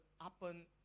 happen